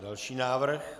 Další návrh.